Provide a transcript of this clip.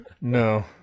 No